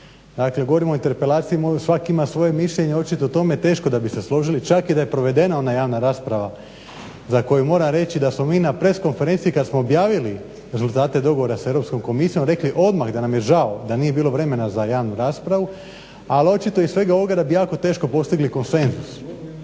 Dakle govorimo o interpelaciji svaki ima svoje mišljenje očito o tome, teško da bi se složili čak i da je provedena ona javna rasprava za koju moram reći da smo mi na press konferenciji kada smo objavili rezultate dogovora sa EU komisijom rekli odmah da nam je žao da nije bilo vremena za javnu raspravu. Ali očito iz svega ovoga da bi jako teško postigli konsenzus.